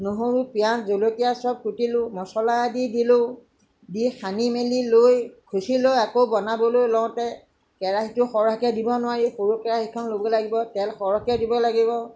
নহৰু পিয়াজ জলকীয়া চব কুটিলোঁ সছলা দি দিলোঁ দি সানি মেলি লৈ পিছি লৈ আকৌ বনাবলৈ লওঁতে কেৰাহিটোত সৰহকে দিব নোৱাৰি সৰু কেৰাহিখ্ন ল'ব লাগিব তেল সৰহকে দিব লাগিব